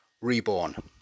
Reborn